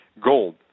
gold